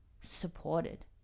supported